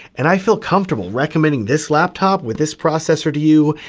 and i feel comfortable recommending this laptop with this processor to you,